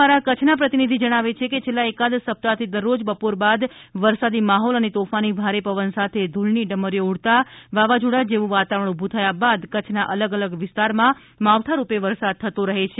અમારા કચ્છના પ્રતિનિધિ જણાવે છે કે છેલ્લા એકાદ સપ્તાહથી દરરોજ બપોર બાદ વરસાદી માહોલ અને તોફાની ભારે પવન સાથે ધૂળની ડમરીઓ ઉડતા વાવાઝોડા જેવું વાતાવરણ ઉભું થયાં બાદ કચ્છના અલગ અલગ વિસ્તારમાં માવઠા રૂપે વરસાદ થતો રહે છે